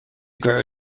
grow